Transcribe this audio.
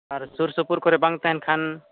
ᱟᱨ ᱥᱩᱨᱥᱩᱯᱩᱨ ᱠᱚᱨᱮ ᱵᱟᱝ ᱛᱟᱦᱮᱱ ᱠᱷᱟᱱ